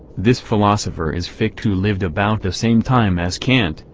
this philosopher is fichte who lived about the same time as kant,